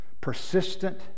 persistent